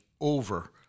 over